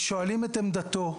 ושואלים את עמדתו,